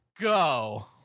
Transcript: Go